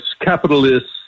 capitalists